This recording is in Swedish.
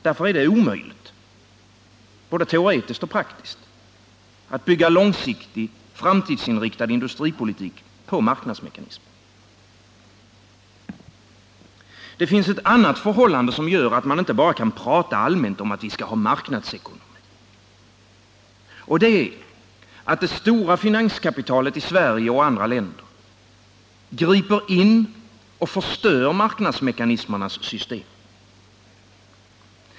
Därför är det omöjligt, både teoretiskt och praktiskt, att bygga långsiktig, framtidsinriktad industripolitik på marknadsmekanismer. Det finns ett annat förhållande som gör att man inte bara kan prata allmänt om att vi skall ha marknadsekonomi. Det är att det stora finanskapitalet i Sverige och andra länder griper in och förstör marknadsmekanismernas system.